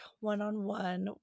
one-on-one